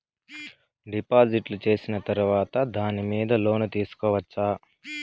డిపాజిట్లు సేసిన తర్వాత దాని మీద లోను తీసుకోవచ్చా?